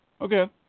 Okay